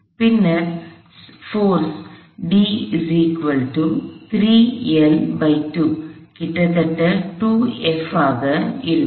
பின்னர் சக்தி கிட்டத்தட்ட 2F ஆக இருக்கும்